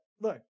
Look